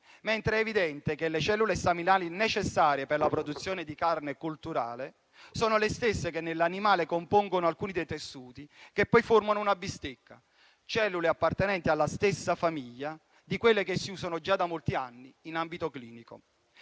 mentre è evidente che le cellule staminali necessarie per la produzione di carne colturale sono le stesse che nell'animale compongono alcuni dei tessuti che poi formano una bistecca; cellule appartenenti alla stessa famiglia di quelle che si usano già da molti anni in ambito clinico.